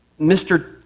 Mr